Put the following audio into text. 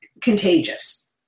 contagious